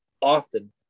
often